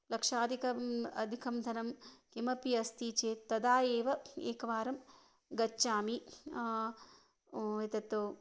लक्षादिकम् अधिकं धनं किमपि अस्ति चेत् तदा एव एकवारं गच्छामि एतत्तु